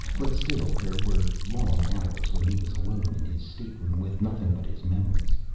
but still, there were long hours when he was alone in his stateroom with nothing but his memories.